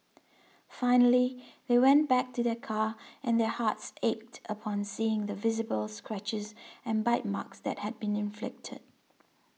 finally they went back to their car and their hearts ached upon seeing the visible scratches and bite marks that had been inflicted